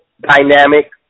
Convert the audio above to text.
dynamic